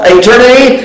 eternity